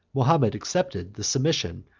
mahomet accepted the submission,